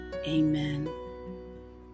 amen